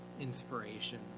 inspiration